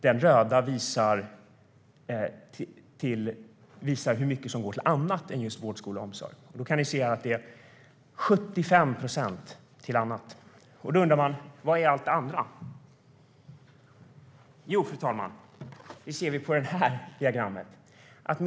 Den röda visar hur mycket som går till annat än just vård, skola och omsorg. Då kan ni se att det är 75 procent som går till annat. Då undrar man: Vad är allt det andra? Jo, fru talman, det ser vi på det diagram som jag visar nu.